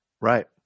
right